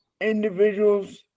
individuals